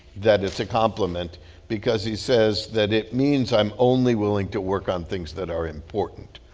that it's a compliment because he says that it means i'm only willing to work on things that are important.